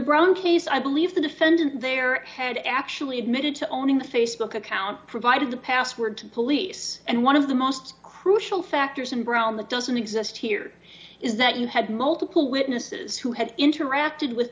bronx case i believe the defendant there had actually admitted to owning a facebook account provided the password to police and one of the most crucial factors in brown that doesn't exist here is that you had multiple witnesses who had interacted with